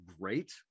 Great